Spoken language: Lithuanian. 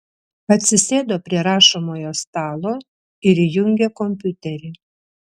atsisėdo prie rašomojo stalo ir įjungė kompiuterį